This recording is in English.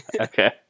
Okay